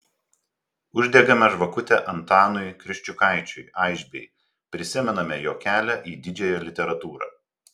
uždegame žvakutę antanui kriščiukaičiui aišbei prisimename jo kelią į didžiąją literatūrą